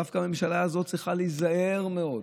דווקא הממשלה הזאת צריכה להיזהר מאוד.